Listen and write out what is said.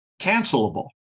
cancelable